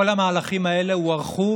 כל המהלכים האלה הוארכו